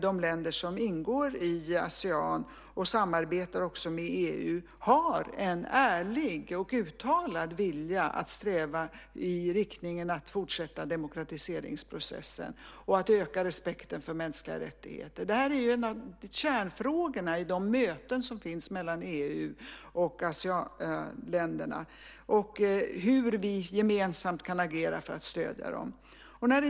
de länder som ingår i Asean och samarbetar också med EU har en ärlig och uttalad vilja att sträva i riktning mot att fortsätta demokratiseringsprocessen och att öka respekten för mänskliga rättigheter. Det här är en av kärnfrågorna i de möten som finns mellan EU och Aseanländerna, det vill säga hur vi gemensamt kan agera för att stödja dem.